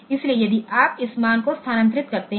इसलिए यदि आप इस मान को स्थानांतरित करते हैं